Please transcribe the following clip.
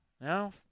no